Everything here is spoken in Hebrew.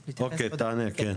אוקי, תענה, כן.